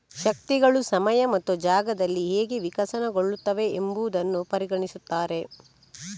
ಶಕ್ತಿಗಳು ಸಮಯ ಮತ್ತು ಜಾಗದಲ್ಲಿ ಹೇಗೆ ವಿಕಸನಗೊಳ್ಳುತ್ತವೆ ಎಂಬುದನ್ನು ಪರಿಗಣಿಸುತ್ತಾರೆ